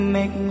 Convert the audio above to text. Make